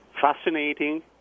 fascinating